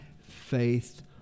faith